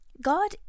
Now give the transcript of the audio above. God